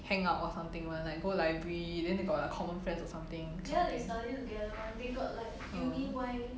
hang out or something [one] like go library then they got like common friends or something I think oh